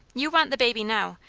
you want the baby now,